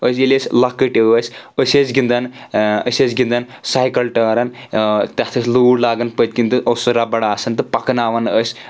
أسۍ ییٚلہِ أسۍ لکٕٹۍ ٲسۍ أسۍ ٲسۍ گنٛدَان أسۍ ٲسۍ گنٛدَان سایِکَل ٹٲرَن تتھ ٲسۍ لوٗر لاگَان پٔتۍ کِنۍ تہٕ اوس سُہ رَبَڑ آسان تہٕ پکناوان ٲسۍ